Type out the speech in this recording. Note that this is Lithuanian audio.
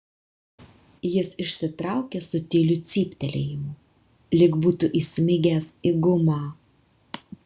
jis išsitraukė su tyliu cyptelėjimu lyg būtų įsmigęs į gumą